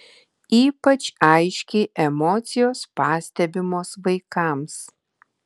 ypač aiškiai emocijos pastebimos vaikams